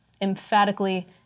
Emphatically